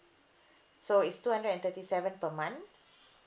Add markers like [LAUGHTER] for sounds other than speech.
[BREATH] so it's two hundred and thirty seven per month